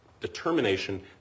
determination